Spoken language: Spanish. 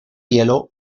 hielo